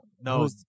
No